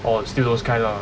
oh is still those kind lah